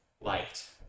liked